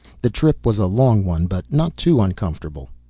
the trip was a long one, but not too uncomfortable.